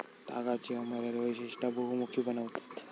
तागाची अमर्याद वैशिष्टा बहुमुखी बनवतत